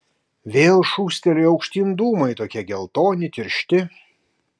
vėl šūstelėjo aukštyn dūmai tokie geltoni tiršti